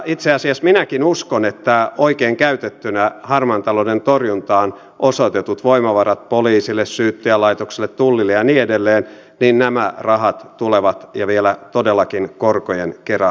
itse asiassa minäkin uskon että jos harmaan talouden torjuntaan osoitetut voimavarat poliisille syyttäjälaitokselle tullille ja niin edelleen käytetään oikein nämä rahat tulevat takaisin ja vielä todellakin korkojen kera